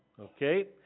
Okay